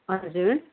हजुर